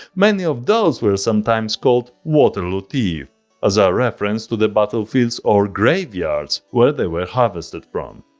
many of those were sometimes called waterloo teeth as ah a reference to the battlefields or graveyards where they were harvested from.